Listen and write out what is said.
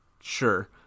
sure